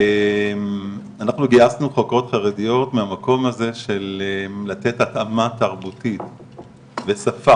אנחנו גייסנו חוקרות חרדיות מהמקום הזה של לתת התאמה תרבותית ושפה,